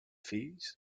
fills